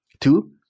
Two